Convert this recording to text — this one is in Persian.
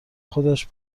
خودش